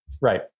Right